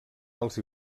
alts